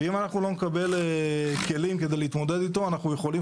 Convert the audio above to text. ואם אנחנו לא נקבל כלים כדי להתמודד איתו אנחנו יכולים